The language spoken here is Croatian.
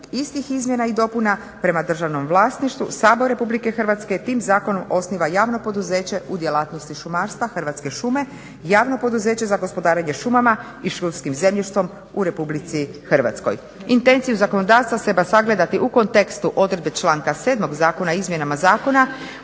istih izmjena i dopuna prema državnom vlasništvu Sabor RH tim zakonom osniva javno poduzeće u djelatnosti šumarstva Hrvatske šume, javno poduzeće za gospodarenje šumama i šumskim zemljištem u RH. Intenciju zakonodavca treba sagledati u kontekstu odredbe članka 7. Zakona o izmjenama zakona